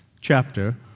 chapter